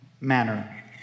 manner